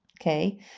Okay